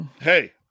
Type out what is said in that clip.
Hey